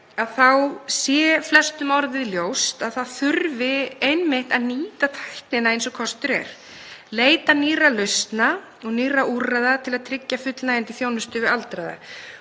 þá sé flestum orðið ljóst að það þurfi einmitt að nýta tæknina eins og kostur er, leita nýrra lausna og nýrra úrræða til að tryggja fullnægjandi þjónustu við aldraða.